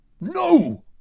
No